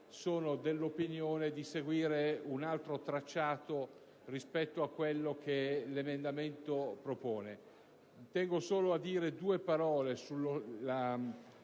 sono dell'opinione di seguire un altro tracciato rispetto a quello che l'emendamento propone. Tengo a solo a dire due parole sulla